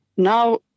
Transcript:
Now